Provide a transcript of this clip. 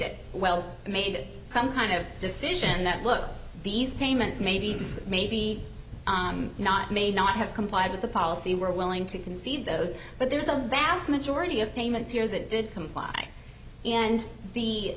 it well made some kind of decision that look these payments maybe maybe not may not have complied with the policy we're willing to concede those but there's a vast majority of payments here that did comply and the